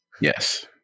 Yes